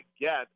get